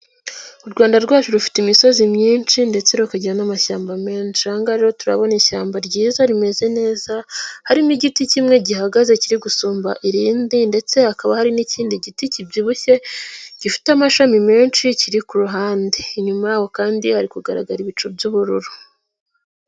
U Rwanda rwacu rufite imisozi myinshi ndetse rukagira n'amashyamba meshi, ahangaha rero turabona ishyamba ryiza rimeze neza harimo igiti kimwe gihagaze kiri gusumba irindi ndetse hakaba hari n'ikindi giti kibyibushye gifite amashami menshi kiri ku ruhande, inyuma yaho kandi ari kugaragara ibicu by'ubururu.